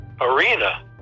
arena